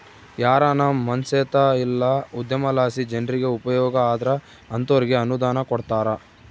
ಯಾರಾನ ಮನ್ಸೇತ ಇಲ್ಲ ಉದ್ಯಮಲಾಸಿ ಜನ್ರಿಗೆ ಉಪಯೋಗ ಆದ್ರ ಅಂತೋರ್ಗೆ ಅನುದಾನ ಕೊಡ್ತಾರ